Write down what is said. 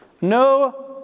No